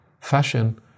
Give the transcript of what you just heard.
fashion